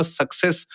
success